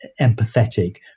empathetic